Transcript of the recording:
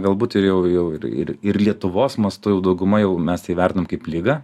galbūt jau jau ir ir ir lietuvos mastu jau dauguma jau mes įvertinam kaip ligą